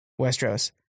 Westeros